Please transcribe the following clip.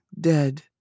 dead